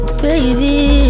baby